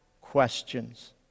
questions